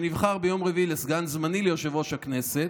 שנבחר ביום רביעי לסגן זמני ליושב-ראש הכנסת,